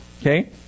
okay